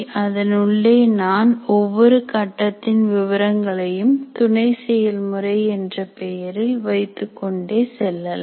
அதனுள்ளே நான் ஒவ்வொரு கட்டத்தின் விவரங்களையும் துணை செயல்முறை என்ற பெயரில் வைத்துக் கொண்டே செல்லலாம்